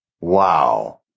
Wow